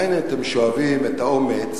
מאין אתם שואבים את האומץ